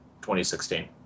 2016